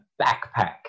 backpack